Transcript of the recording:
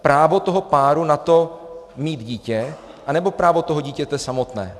Právo toho páru na to mít dítě, nebo právo toho dítěte samotné.